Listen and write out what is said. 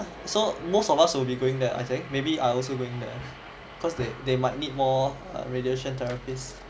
so most of us will be going there I think maybe I also going cause they they might need more radiation therapist